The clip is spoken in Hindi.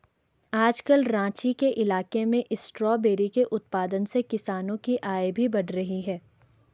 आजकल राँची के इलाके में स्ट्रॉबेरी के उत्पादन से किसानों की आय भी बढ़ रही है